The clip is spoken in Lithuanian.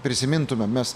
prisimintumėm mes